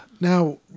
now